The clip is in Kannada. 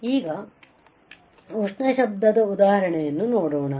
ಈಗ ಉಷ್ಣ ಶಬ್ದದ ಉದಾಹರಣೆಯನ್ನು ನೋಡೋಣ